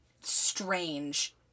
strange